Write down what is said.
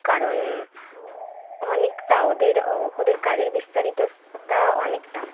কারণ অনেকটা ওদের ওদের কাজের বিস্তারিতটা অনেকটা